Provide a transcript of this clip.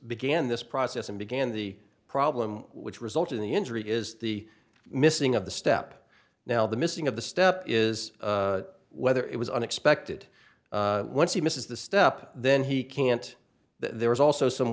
began this process and began the problem which resulted in the injury is the missing of the step now the missing of the step is whether it was unexpected once he misses the step then he can't there was also some